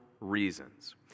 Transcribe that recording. reasons